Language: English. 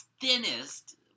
thinnest